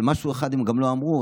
אבל משהו אחד הם לא אמרו,